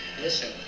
Listen